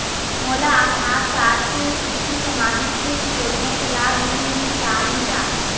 मोला आधार कारड से कुछू सामाजिक क्षेत्रीय योजना के लाभ मिल पाही का?